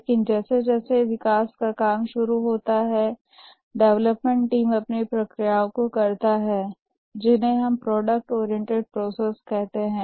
लेकिन जैसे जैसे विकास का काम शुरू होता है डेवलपमेंट टीम अपनी प्रक्रियाओं को करता है जिन्हें हम प्रोडक्ट ओरिएंटेड प्रोसेस कहते हैं